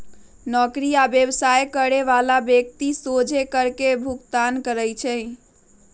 नौकरी आ व्यवसाय करे बला व्यक्ति सोझे कर के भुगतान करइ छै